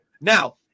Now